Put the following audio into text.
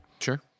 Sure